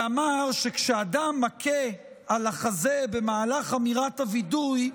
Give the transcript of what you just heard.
שאמר שכשאדם מכה על החזה במהלך אמירת הווידוי,